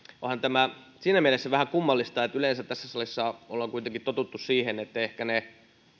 onhan tämä siinä mielessä vähän kummallista että yleensä tässä salissa ollaan kuitenkin totuttu siihen että ehkä ne